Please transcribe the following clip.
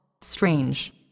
Strange